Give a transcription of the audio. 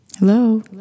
hello